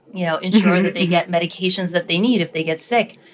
you know, ensure that they get medications that they need if they get sick.